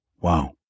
Wow